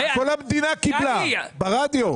כל המדינה קיבלה ברדיו.